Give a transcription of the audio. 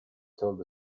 told